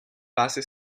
fase